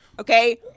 okay